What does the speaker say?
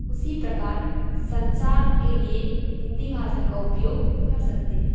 उसी प्रकार संसार के लिए हिंदी भाषा का उपयोग कर सकते हैं